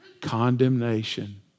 condemnation